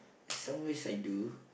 some ways I do